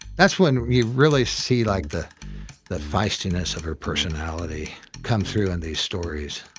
that's when you really see like the the feistiness of her personality come through in these stories.